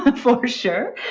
but for for sure.